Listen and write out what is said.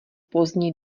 pozdní